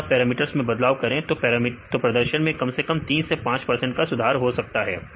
अगर आप पैरामीटर्स में बदलाव करें तो आप प्रदर्शन को कम से कम 3 से 5 तक सुधार सकते हैं